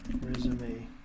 resume